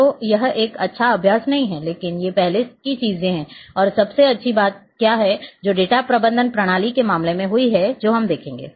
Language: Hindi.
तो यह एक अच्छा अभ्यास नहीं है लेकिन ये पहले की चीजें हैं और सबसे अच्छी बात क्या है जो डेटा प्रबंधन प्रणाली के मामले में हुई है जो हम देखेंगे